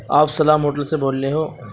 آپ سلام ہوٹل سے بول رہے ہو